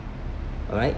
alright